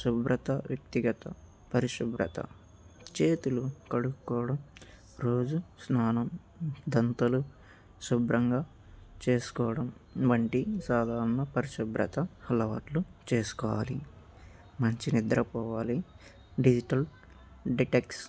శుభ్రత వ్యక్తిగత పరిశుభ్రత చేతులు కడుక్కోవడం రోజు స్నానం దంతలు శుభ్రంగా చేసుకోవడం వంటి సాధారణ పరిశుభ్రత అలవాట్లు చేసుకోవాలి మంచి నిద్ర పోవాలి డిజిటల్ డిటాక్స్